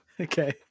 Okay